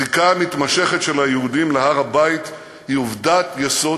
הזיקה המתמשכת של היהודים להר-הבית היא עובדת יסוד